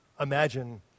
imagine